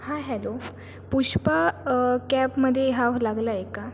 हाय hello Pushpa कॅबमध्ये ह्याव लागला आहे का